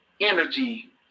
energy